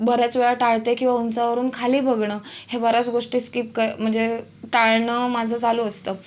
बऱ्याच वेळा टाळते किंवा उंचावरून खाली बघणं हे बऱ्याच गोष्टी स्किप क म्हणजे टाळणं माझं चालू असतं